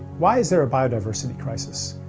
why is there a bio-diversity crisis?